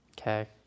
Okay